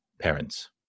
parents